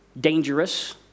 dangerous